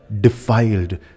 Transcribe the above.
defiled